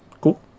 Cool